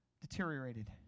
deteriorated